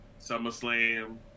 SummerSlam